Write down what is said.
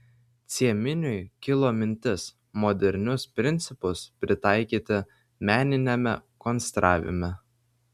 cieminiui kilo mintis modernius principus pritaikyti meniniame konstravime